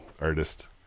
Artist